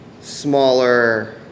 smaller